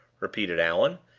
repeated allan,